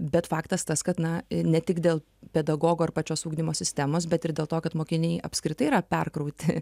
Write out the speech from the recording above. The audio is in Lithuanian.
bet faktas tas kad na ne tik dėl pedagogo ir pačios ugdymo sistemos bet ir dėl to kad mokiniai apskritai yra perkrauti